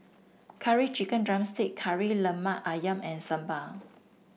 Curry Chicken drumstick Kari Lemak ayam and sambal